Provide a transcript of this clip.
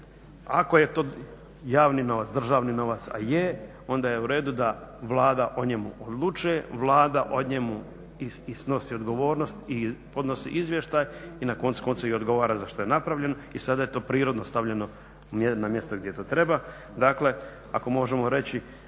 ako je to javni novac, državni novac, a je onda je u redu da Vlada o njemu odlučuje, Vlada o njemu i snosi odgovornost i podnosi izvještaj i na koncu konca i odgovara za što je napravljen i sada je to prirodno stavljeno na mjesto gdje to treba.